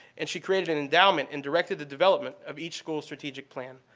and she created an endowment and directed the development of each school's strategic plan.